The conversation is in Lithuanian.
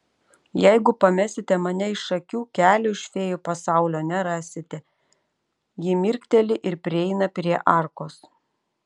jeigu pamesite mane iš akių kelio iš fėjų pasaulio nerasite ji mirkteli ir prieina prie arkos